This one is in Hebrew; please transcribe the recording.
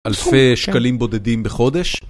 אלפי שקלים בודדים בחודש?